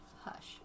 Hush